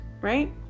right